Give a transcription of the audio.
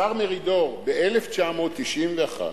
השר מרידור, ב-1991,